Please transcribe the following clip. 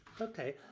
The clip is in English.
Okay